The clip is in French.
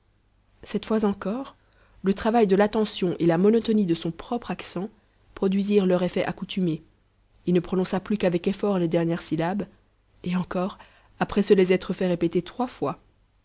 cette fois encore le travail de l'attention et la monotonie de son propre accent produisirent leur effet accoutumé il ne prononça plus qu'avec effort les dernières syllabes et encore après se les être fait répéter trois fois